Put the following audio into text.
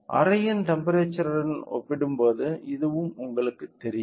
அறையின் டெம்ப்பெரேச்சர்யுடன் ஒப்பிடும்போது இதுவும் உங்களுக்குத் தெரியும்